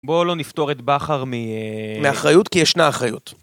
בואו לא נפתור את בכר מאחריות כי ישנה אחריות